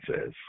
says